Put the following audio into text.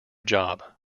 job